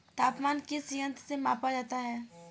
तापमान किस यंत्र से मापा जाता है?